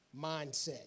mindset